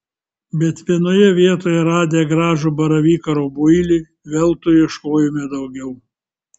bet vienoje vietoje radę gražų baravyką rubuilį veltui ieškojome daugiau